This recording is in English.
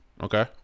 Okay